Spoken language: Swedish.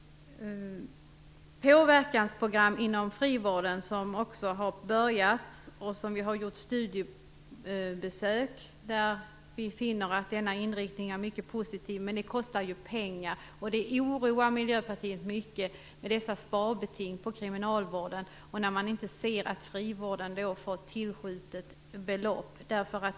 Påverkansprogrammen inom frivården har börjat. Vi har gjort studiebesök och funnit att denna inriktning är mycket positiv, men det kostar ju pengar. Det här sparbetingen på kriminalvården oroar Miljöpartiet mycket, t.ex. ser man att inte frivården tillskjuts belopp.